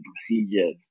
procedures